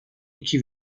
iki